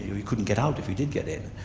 you couldn't get out if you did get in.